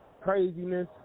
craziness